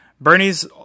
Bernie's